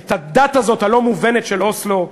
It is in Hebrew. את הדת הזאת, הלא-מובנת, של אוסלו,